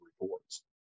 reports